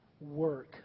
work